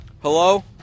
Hello